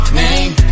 name